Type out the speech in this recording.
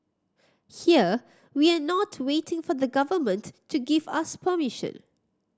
here we are not waiting for the Government to give us permission